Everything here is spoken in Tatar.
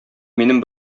минем